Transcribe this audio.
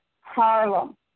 Harlem